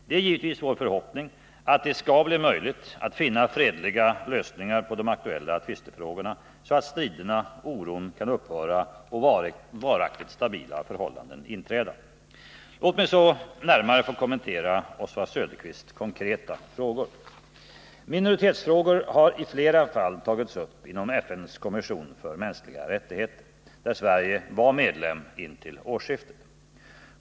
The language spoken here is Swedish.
Det är givetvis vår förhoppning att det skall bli möjligt att finna fredliga lösningar på de aktuella tvistefrågorna, så att striderna och oron kan upphöra och varaktigt stabila förhållanden inträda. Låt mig så närmare få kommentera Oswald Söderqvists konkreta frågor. Minoritetsfrågor har i flera fall tagits upp inom FN:s kommission för mänskliga rättigheter, där Sverige var medlem intill årsskiftet.